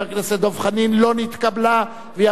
לא נתקבלה וירדה מסדר-היום.